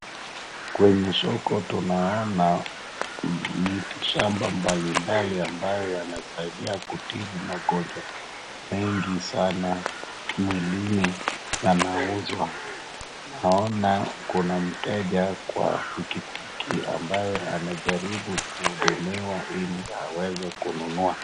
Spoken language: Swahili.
Kwenye soko tunaona miti shambambali mbali ambayo yanasaidia kutibu magonjwa mengi sana mwilini yanauzwa. Naona kuna mteja kwa pikipiki ambaye anajaribu kuhudumiwa ili aweze kununua.